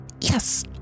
Yes